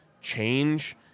change